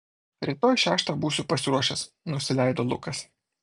rytoj šeštą būsiu pasiruošęs nusileido lukas